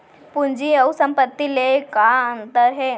पूंजी अऊ संपत्ति ले का अंतर हे?